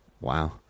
Wow